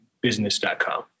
business.com